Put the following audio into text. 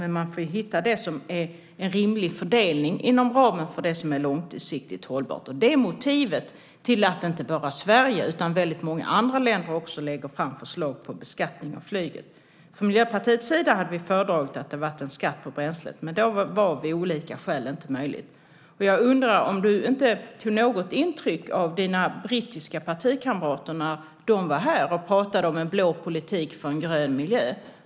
Men man får hitta det som är en rimlig fördelning inom ramen för det som är långsiktigt hållbart. Det är motivet till att inte bara Sverige utan också många andra länder lägger fram förslag på beskattning av flyget. Från Miljöpartiets sida hade vi föredragit en skatt på bränsle, men det har av olika skäl inte varit möjligt. Tog du inte intryck av dina brittiska partikamrater när de var här och pratade om en blå politik för en grön miljö?